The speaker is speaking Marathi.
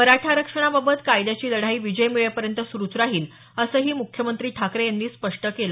मराठा आरक्षणाबाबत कायद्याची लढाई विजय मिळेपर्यंत सुरुच राहील असंही मुख्यमंत्री ठाकरे यांनी स्पष्ट केलं